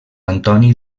antoni